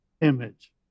image